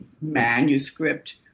manuscript